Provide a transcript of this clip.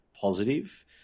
positive